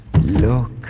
Look